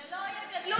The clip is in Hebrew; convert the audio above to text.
שלא יגדלו שהידים.